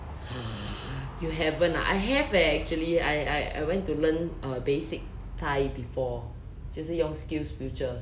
you haven't ah I have eh actually I I I went to learn uh basic thai before 就是用 skills future